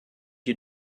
you